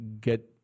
get